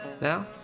Now